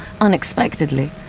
unexpectedly